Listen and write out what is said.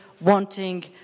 wanting